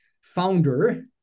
founder